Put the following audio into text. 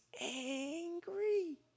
angry